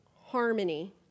harmony